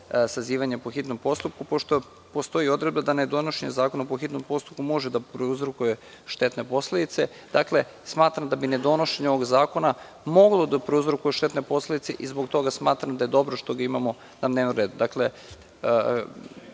sazivanja po hitnom postupku, pošto postoji odredba da nedonošenje zakona po hitnom postupku može da prouzrokuje štetne posledice, smatram da bi nedonošenje ovog zakona moglo da prouzrokuje štetne posledice. Zbog toga smatram da je dobro što ga imamo na dnevnom redu. Da